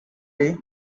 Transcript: day